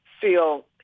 feel